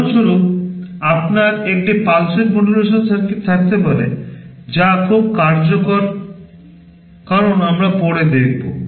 উদাহরণস্বরূপ আপনার একটি Pulse Width Modulation সার্কিট থাকতে পারে যা খুব কার্যকর কারণ আমরা পরে দেখব